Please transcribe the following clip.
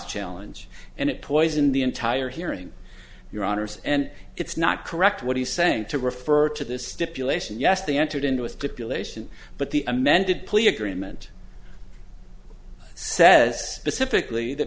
challenge and it poison the entire hearing your honour's and it's not correct what he's saying to refer to the stipulation yes they entered into a stipulation but the amended plea agreement says pacifically that